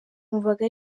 numvaga